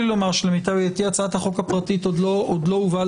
למיטב ידיעתי הצעת החוק הפרטית עוד לא הובאה